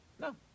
No